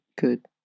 good